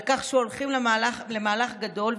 על כך שהולכים למהלך גדול,